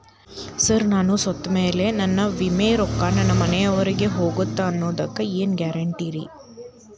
Sir ನಾನು ಸತ್ತಮೇಲೆ ನನ್ನ ವಿಮೆ ರೊಕ್ಕಾ ನನ್ನ ಮನೆಯವರಿಗಿ ಹೋಗುತ್ತಾ ಅನ್ನೊದಕ್ಕೆ ಏನ್ ಗ್ಯಾರಂಟಿ ರೇ?